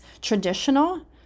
traditional